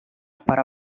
para